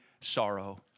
sorrow